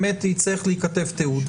באמת יצטרך להיכתב תיעוד.